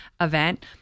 event